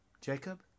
Jacob